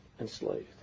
Enslaved